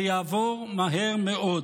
זה יעבור מהר מאוד.